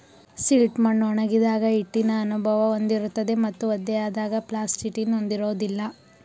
silt ಮಣ್ಣು ಒಣಗಿದಾಗ ಹಿಟ್ಟಿನ ಅನುಭವ ಹೊಂದಿರುತ್ತದೆ ಮತ್ತು ಒದ್ದೆಯಾದಾಗ ಪ್ಲಾಸ್ಟಿಟಿನ ಹೊಂದಿರೋದಿಲ್ಲ